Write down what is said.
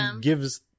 gives